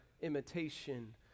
imitation